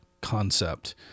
concept